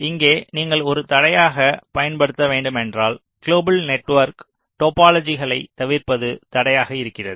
இங்கே நீங்கள் ஒரு தடையாகப் பயன்படுத்த வேண்டும் என்றால் குளோபல் நெட்வொர்க் டோபோலொஜிக்களைத் தவிர்ப்பது தடையாக இருக்கிறது